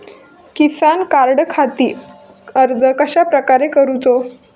किसान कार्डखाती अर्ज कश्याप्रकारे करूचो?